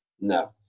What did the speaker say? No